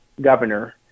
governor